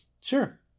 Sure